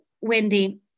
Wendy